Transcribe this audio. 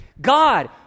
God